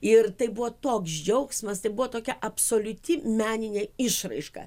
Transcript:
ir tai buvo toks džiaugsmas tai buvo tokia absoliuti meninė išraiška